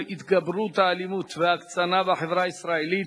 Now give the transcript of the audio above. התגברות האלימות וההקצנה בחברה הישראלית,